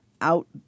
out